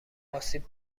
آسیب